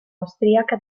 austriaca